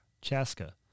Chaska